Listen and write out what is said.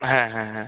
হ্যাঁ হ্যাঁ হ্যাঁ